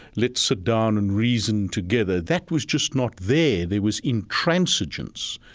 let's sit down and reason together. that was just not there. there was intransigence,